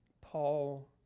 Paul